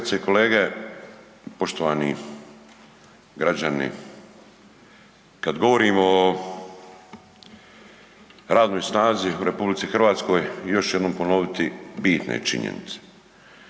i kolege, poštovani građani kad govorimo o radnoj snazi u RH još ću jednom ponoviti bitne činjenice,